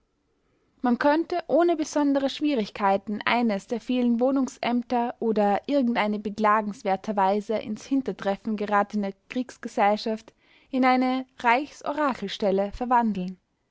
man könnte ohne besondere schwierigkeiten eines der vielen wohnungsämter oder irgendeine beklagenswerterweise ins hintertreffen geratene kriegsgesellschaft in eine reichs-orakel-stelle verwandeln